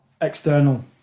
external